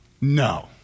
No